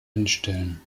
anstellen